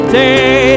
day